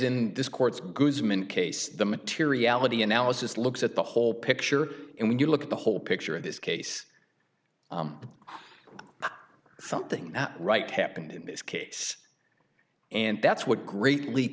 guzmn case the materiality analysis looks at the whole picture and when you look at the whole picture of this case something right happened in this case and that's what greatly